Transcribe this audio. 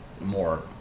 more